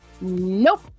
Nope